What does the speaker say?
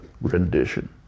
rendition